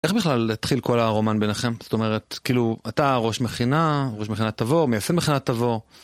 איך בכלל התחיל כל הרומן ביניכם? זאת אומרת, כאילו, אתה ראש מכינה, ראש מכינת תבור, מייסד מכינת תבור.